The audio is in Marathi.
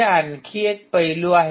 हे आणखी एक पैलू आहे